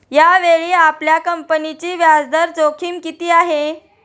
यावेळी आपल्या कंपनीची व्याजदर जोखीम किती आहे?